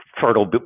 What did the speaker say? fertile